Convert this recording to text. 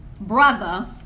brother